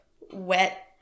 wet